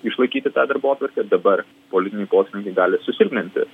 išlaikyti tą darbotvarkę dabar politinį poslinkį gali susilpninti